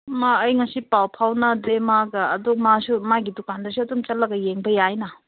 ꯃꯥ ꯑꯩ ꯉꯁꯤ ꯄꯥꯎ ꯐꯥꯎꯅꯗ꯭ꯔꯦ ꯃꯥꯒ ꯑꯗꯨ ꯃꯥꯁꯨ ꯃꯥꯒꯤ ꯗꯨꯀꯥꯟꯗꯁꯨ ꯑꯗꯨꯝ ꯆꯠꯂꯒ ꯌꯦꯡꯕ ꯌꯥꯏꯅ